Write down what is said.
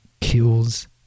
kills